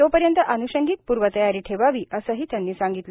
तोपर्यंत अनुषंगिक पूर्वतयारी ठेवावी असेही त्यांनी सांगितले